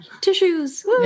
tissues